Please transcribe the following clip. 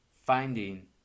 finding